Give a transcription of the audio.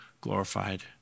glorified